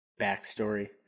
backstory